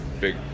big